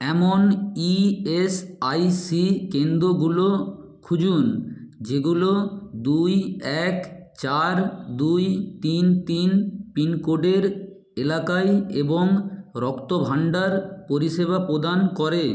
এমন E S I C কেন্দ্রগুলো খুঁজুন যেগুলো দুই এক চার দুই তিন তিন পিনকোডের এলাকায় এবং রক্তভাণ্ডার পরিষেবা প্রদান করে